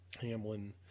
Hamlin